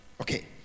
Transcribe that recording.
Okay